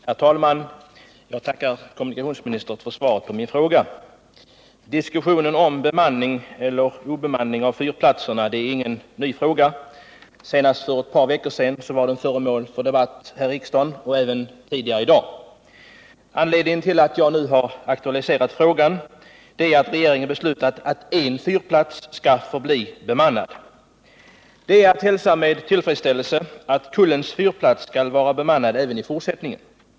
Herr talman! Jag tackar kommunikationsministern för svaret på min fråga. Diskussionen om bemanning eller avbemanning av fyrplatserna är ingen ny fråga. Den var föremål för debatt här i riksdagen för endast ett par veckor sedan, och den har ju diskuterats även tidigare i dag. Anledningen till att jag nu har aktualiserat frågan är att regeringen beslutat att en fyrplats skall förbli bemannad. Det är att hälsa med tillfredsställelse att Kullens fyrplats skall vara bemannad även i fortsättningen.